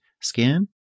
scan